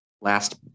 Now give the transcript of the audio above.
last